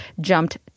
jumped